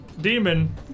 demon